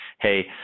hey